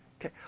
Okay